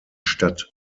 stadt